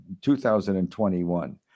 2021